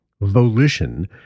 Volition